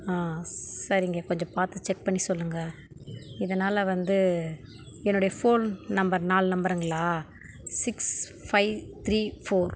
ஆ சரிங்க கொஞ்சம் பார்த்து செக் பண்ணி சொல்லுங்கள் இதனால் வந்து என்னுடைய ஃபோன் நம்பர் நாலு நம்பருங்களா சிக்ஸ் ஃபைவ் த்ரீ ஃபோர்